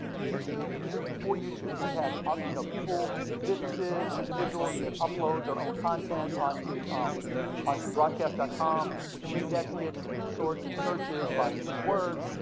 youtube, this was before youtube. we had um you know people, businesses and individuals could upload their own content onto um onto broadcast ah com. we indexed it and did sorts and searches by keywords.